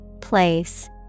Place